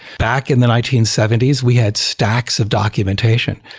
back in the nineteen seventy s, we had stacks of documentation.